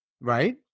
right